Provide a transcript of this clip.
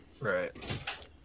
Right